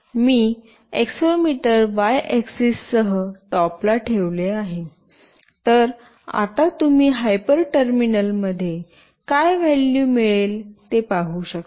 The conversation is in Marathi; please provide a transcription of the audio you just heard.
मी एक्सेलेरोमीटर वाय ऍक्सेस सह टॉपला ठेवले आहे तर आता तुम्ही हायपर टर्मिनल मध्ये काय व्हॅल्यू मिळेल ते पाहू शकता